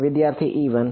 વિદ્યાર્થી ઇ 1